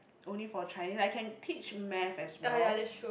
only for Chinese I can teach math as well